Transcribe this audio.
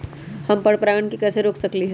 हम पर परागण के कैसे रोक सकली ह?